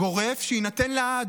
גורף שיינתן לעד.